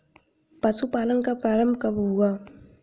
पशुपालन का प्रारंभ कब हुआ?